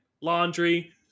laundry